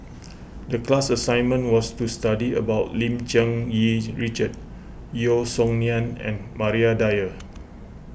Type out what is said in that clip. the class assignment was to study about Lim Cherng Yih Richard Yeo Song Nian and Maria Dyer